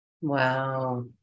Wow